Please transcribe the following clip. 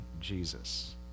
Jesus